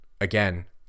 again